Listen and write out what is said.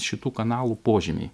šitų kanalų požymiai